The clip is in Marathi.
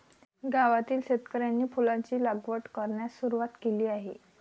गावातील शेतकऱ्यांनी फुलांची लागवड करण्यास सुरवात केली आहे